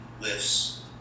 lifts